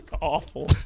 awful